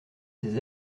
ses